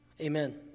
amen